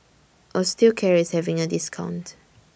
Osteocare IS having A discount